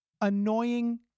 Annoying